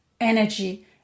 energy